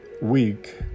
Week